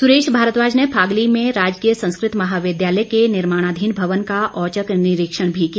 सुरेश भारद्वाज ने फागली में राजकीय संस्कृत महाविद्यालय के निर्माणाधीन भवन का औचक निरीक्षण भी किया